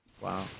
Wow